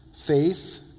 faith